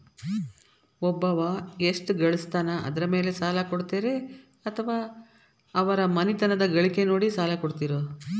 ಒಬ್ಬವ ಎಷ್ಟ ಗಳಿಸ್ತಾನ ಅದರ ಮೇಲೆ ಸಾಲ ಕೊಡ್ತೇರಿ ಅಥವಾ ಅವರ ಮನಿತನದ ಗಳಿಕಿ ನೋಡಿ ಸಾಲ ಕೊಡ್ತಿರೋ?